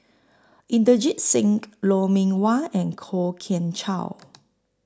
Inderjit Singh Lou Mee Wah and Kwok Kian Chow